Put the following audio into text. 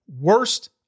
Worst